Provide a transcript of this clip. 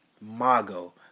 Mago